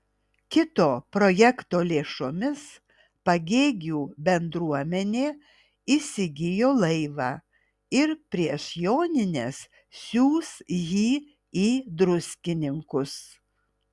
kito projekto lėšomis pagėgių bendruomenė įsigijo laivą ir prieš jonines siųs jį į druskininkus